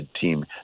team